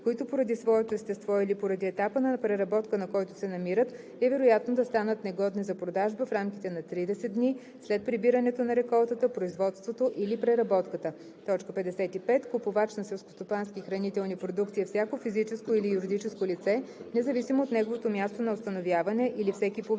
които поради своето естество или поради етапа на преработка, на който се намират, е вероятно да станат негодни за продажба в рамките на 30 дни след прибирането на реколтата, производството или преработката. 55. „Купувач на селскостопански и хранителни продукти“ е всяко физическо или юридическо лице независимо от неговото място на установяване или всеки публичен